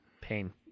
pain